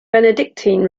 benedictine